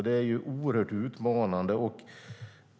Det är oerhört utmanande.